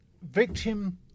victim